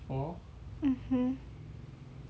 mmhmm